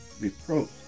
reproach